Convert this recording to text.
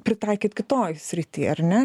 pritaikyt kitoj srity ar ne